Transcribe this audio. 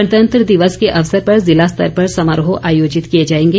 गणतंत्र दिवस के अवसर पर ँ जिला स्तर पर समारोह आयोजित किए जाएंगे